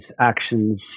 actions